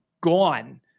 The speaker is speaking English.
gone